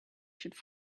should